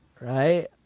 right